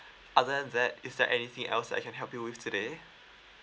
other than that is there anything else I can help you with today